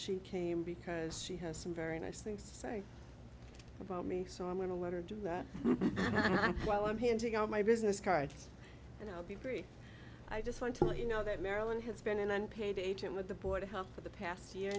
she came because she has some very nice things to say about me so i'm going to let her do that while i'm handing out my business cards and i'll be free i just want to let you know that marilyn has been an unpaid agent with the board of health for the past year